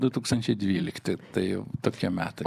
du tūkstančiai dvylikti tai tokie metai